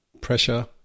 pressure